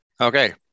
Okay